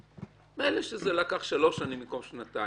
מילא שזה לקח שלוש שנים במקום שנתיים.